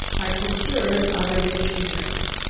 i procured other dictionaries.